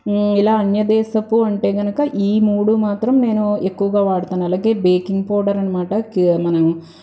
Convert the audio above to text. ఇలా అన్యదేశపు అంటే కనుక ఈ మూడు మాత్రం నేను ఎక్కువగా వాడుతాను అలాగే బేకింగ్ పౌడరనమాట మనం